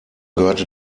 gehörte